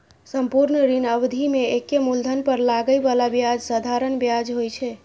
संपूर्ण ऋण अवधि मे एके मूलधन पर लागै बला ब्याज साधारण ब्याज होइ छै